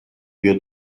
vio